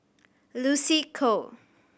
Lucy Koh